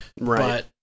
right